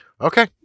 Okay